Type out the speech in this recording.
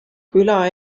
küla